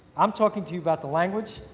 i'm talking to you about the language,